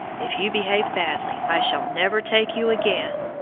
if you behave badly i shall never take you again.